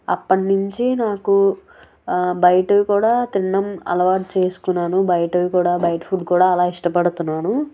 అప్పట్నుంచి నాకు ఆ బయటవి కూడా తినడం అలవాటు చేసుకున్నాను బయటకు కూడా బయటవి ఫుడ్ కూడా అలా ఇష్టపడుతున్నాను